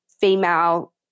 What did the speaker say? female